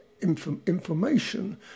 information